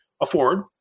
afford